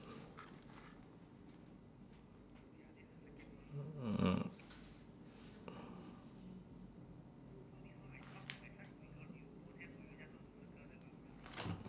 mm